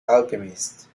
alchemists